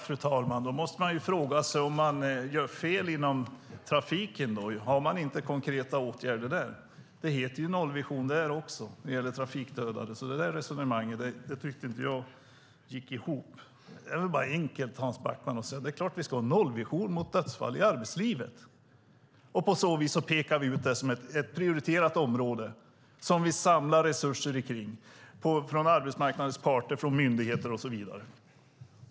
Fru talman! Då måste man fråga sig om man gör fel inom trafiken. Har man inte konkreta åtgärder där? Det heter ju "nollvision" när det gäller trafikdödade. Det resonemanget tycker jag alltså inte gick ihop. Det är väl enkelt, Hans Backman: Det är klart att vi ska ha en nollvision mot dödsfall i arbetslivet! På så vis pekar vi ut det som ett prioriterat område som vi samlar resurser kring - från arbetsmarknadens parter, myndigheter och så vidare.